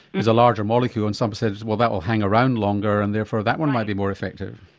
is a larger molecule and some said well that will hang around longer, and therefore that one might be more effective'.